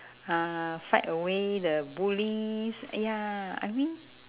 uh fight away the bullies ya I mean